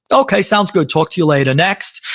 okay, sounds good. talk to you later. next.